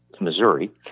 Missouri